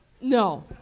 No